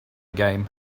game